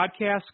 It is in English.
Podcast